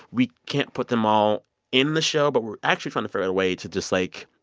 we can't put them all in the show, but we're actually trying to figure out a way to just, like,